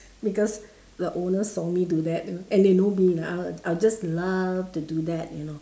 because the owner saw me do that you know and they know me lah I'll just love to do that you know